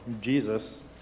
Jesus